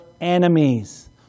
enemies